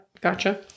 gotcha